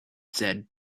said